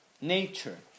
nature